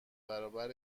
برابر